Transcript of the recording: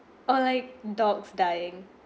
oh like dogs dying